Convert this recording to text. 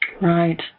Right